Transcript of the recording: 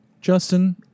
Justin